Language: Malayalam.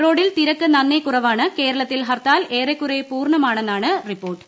റോഡിൽ തിരക്ക് നന്നേ കുറവാണ് കേരളത്തിൽ ഹർത്താൽ ഏറെക്കുറെ പൂർണ്ണമാണെന്നാണ് റിപ്പോർട്ട്